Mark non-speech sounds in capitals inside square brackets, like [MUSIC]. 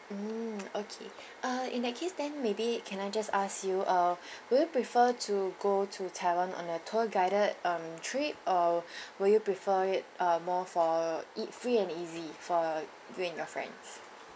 mm okay err in that case then maybe can I just ask you err will you prefer to go to taiwan on a tour guided um trip or [BREATH] will you prefer it uh more for it free and easy for you and your friends